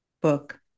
book